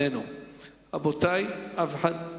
איננו,